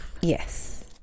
Yes